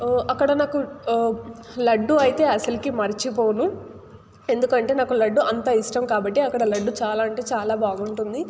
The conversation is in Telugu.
అక్కడ నాకు లడ్డు అయితే అసలుకి మర్చిపోను ఎందుకంటే నాకు లడ్డు అంత ఇష్టం కాబట్టి అక్కడ లడ్డు చాలా అంటే చాలా బాగుంటుంది